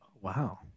Wow